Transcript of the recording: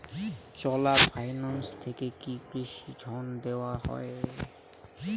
চোলা finance থেকে কি কৃষি ঋণ দেওয়া হয়?